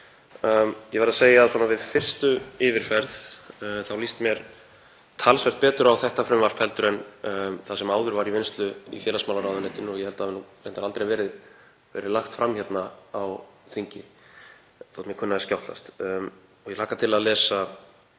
Ég verð að segja að svona við fyrstu yfirferð líst mér talsvert betur á þetta frumvarp en það sem áður var í vinnslu í félagsmálaráðuneytinu og ég held að hafi reyndar aldrei verið lagt fram á þingi, þótt mér kunni að skjátlast.